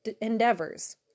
endeavors